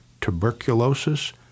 tuberculosis